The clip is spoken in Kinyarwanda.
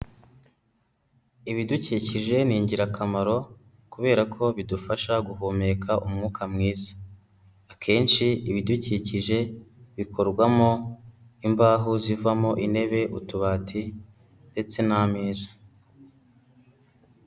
Ibidukikije ni ingirakamaro kubera ko bidufasha guhumeka umwuka mwiza, akenshi ibidukikije bikorwamo imbaho zivamo intebe utubati ndetse n'ameza.